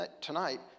tonight